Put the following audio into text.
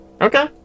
Okay